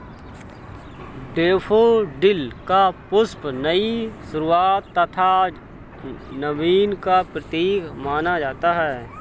daffodil का पुष्प नई शुरुआत तथा नवीन का प्रतीक माना जाता है